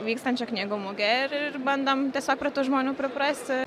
vykstančia knygų muge ir ir bandom tiesiog prie tų žmonių priprasti